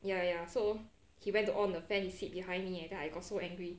ya ya so he went to on the fan and sit behind me leh then I got so angry